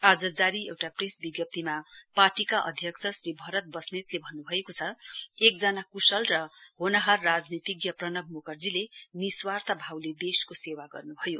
आज जारी एउटा प्रेस विज्ञप्तिमा पार्टीका अध्यक्ष श्री भरत बस्नेतले भन्नू भएको छ एकजना कुशल र होनहार राजनीतिज्ञ प्रणव मुखर्जीले निस्वार्थ भावले देशको सेवा गर्नु भयो